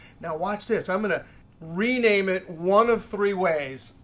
now watch this. i'm going to rename it one of three ways.